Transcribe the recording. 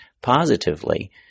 positively